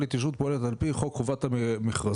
להתיישבות פועלת על פי חוק חובת המכרזים,